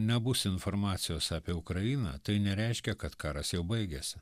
nebus informacijos apie ukrainą tai nereiškia kad karas jau baigėsi